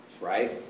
right